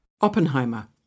Oppenheimer